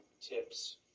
tips